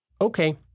Okay